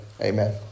Amen